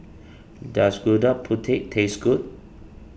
does Gudeg Putih taste good